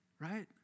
right